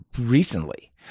recently